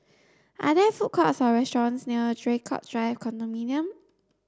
are there food courts or restaurants near Draycott Drive Condominium